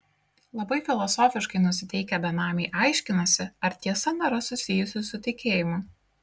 labai filosofiškai nusiteikę benamiai aiškinasi ar tiesa nėra susijusi su tikėjimu